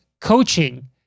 Coaching